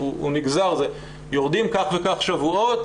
יורדים כך וכך שבועות,